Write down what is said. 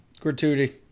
Gratuity